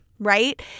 right